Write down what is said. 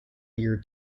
year